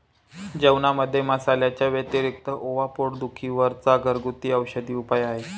जेवणामध्ये मसाल्यांच्या व्यतिरिक्त ओवा पोट दुखी वर चा घरगुती औषधी उपाय आहे